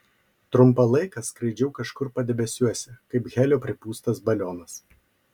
trumpą laiką skraidžiau kažkur padebesiuose kaip helio pripūstas balionas